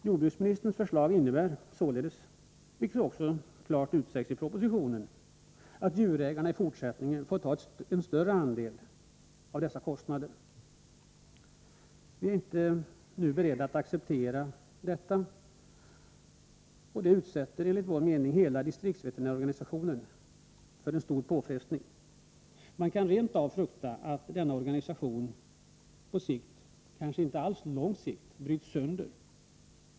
Jordbruksministerns förslag innebär således, vilket också klart utsägs i propositionen, att djurägarna i fortsättningen får ta en större andel av dessa kostnader. Vi är inte nu beredda att acceptera detta. Det utsätter enligt vår mening hela distriktsveterinärorganisationen för en stor påfrestning. Man kan rent av frukta att denna organisation på sikt — kanske inte alls på så lång sikt — bryts sönder.